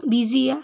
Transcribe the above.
busy ऐ